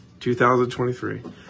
2023